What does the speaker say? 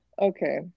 okay